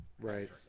Right